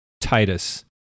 Titus